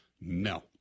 No